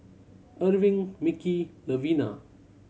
Erving Micky Levina